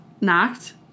Nacht